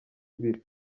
ibiri